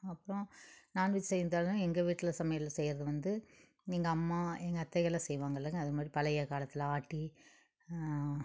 அப்புறம் non veg செய்கிறாந்தாலும் எங்கள் வீட்டில சமையல் செய்கிறது வந்து எங்கள் அம்மா எங்கள் அத்தைகள்லாம் செய்வாங்க இல்லைங்க அதைமாரி பழைய காலத்தில் ஆட்டி